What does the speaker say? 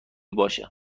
باشه